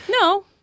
no